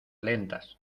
lentas